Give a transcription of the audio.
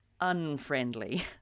unfriendly